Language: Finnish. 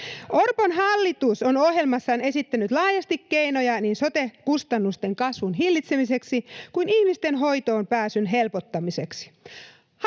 Orpon hallitus on ohjelmassaan esittänyt laajasti keinoja niin sote-kustannusten kasvun hillitsemiseksi kuin ihmisten hoitoonpääsyn helpottamiseksi.